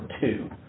two